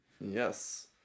Yes